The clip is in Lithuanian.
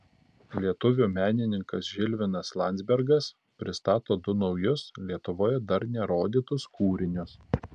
lietuvių menininkas žilvinas landzbergas pristato du naujus lietuvoje dar nerodytus kūrinius